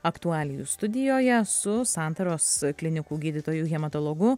aktualijų studijoje su santaros klinikų gydytoju hematologu